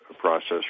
process